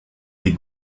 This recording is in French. des